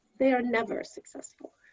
they are never successful.